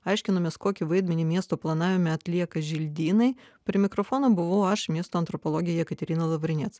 aiškinomės kokį vaidmenį miesto planavime atlieka želdynai prie mikrofono buvau aš miesto antropologė jekaterina lavrinec